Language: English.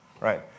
right